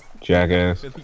jackass